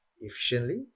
efficiently